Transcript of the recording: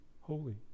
holy